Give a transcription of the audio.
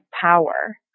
power